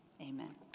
Amen